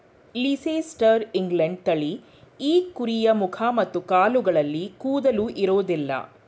Leicester England ತಳಿ ಈ ಕುರಿಯ ಮುಖ ಮತ್ತು ಕಾಲುಗಳಲ್ಲಿ ಕೂದಲು ಇರೋದಿಲ್ಲ